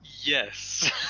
Yes